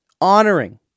Honoring